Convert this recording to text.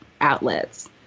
outlets